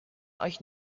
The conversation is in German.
euch